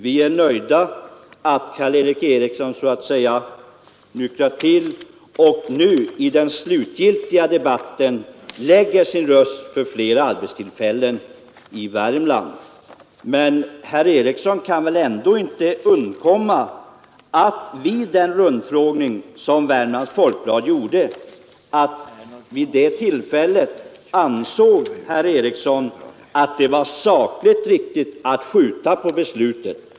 Vi är nöjda med att Karl Erik Eriksson så att säga nyktrat till och nu i den slutgiltiga debatten lägger sin röst för flera arbetstillfällen i Värmland. Men herr Eriksson kan väl ändå inte förneka att han vid den rundfrågning som Värmlands Folkblad gjorde ansåg att det var sakligt riktigt att skjuta på beslutet.